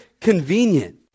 convenient